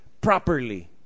properly